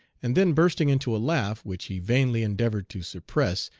and then bursting into a laugh, which he vainly endeavored to suppress,